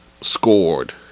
scored